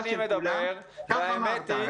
כך אמרת,